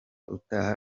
utaha